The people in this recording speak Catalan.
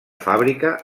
fàbrica